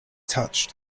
touched